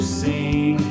sing